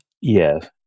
Yes